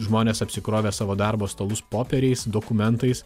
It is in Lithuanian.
žmonės apsikrovę savo darbo stalus popieriais dokumentais